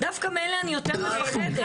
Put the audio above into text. דווקא מאלה אני יותר מפחדת,